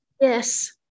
Yes